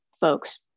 folks